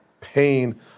pain